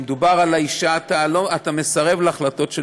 כשמדובר על האישה אתה מסרב להחלטות של